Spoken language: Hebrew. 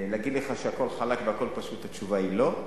להגיד לך שהכול חלק והכול פשוט, התשובה היא לא.